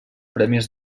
premis